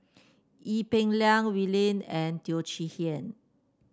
Ee Peng Liang Wee Lin and Teo Chee Hean